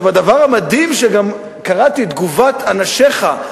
הדבר המדהים הוא שגם קראתי את תגובת אנשיך.